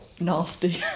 Nasty